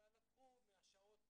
אלא לקחו מהשעות,